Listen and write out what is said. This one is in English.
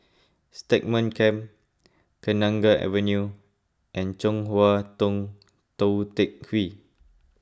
Stagmont Camp Kenanga Avenue and Chong Hua Tong Tou Teck Hwee